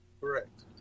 Correct